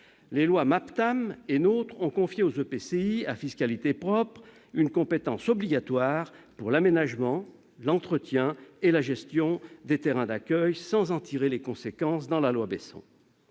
de coopération intercommunale à fiscalité propre une compétence obligatoire pour l'aménagement, l'entretien et la gestion des terrains d'accueil, sans en tirer les conséquences dans la loi Besson.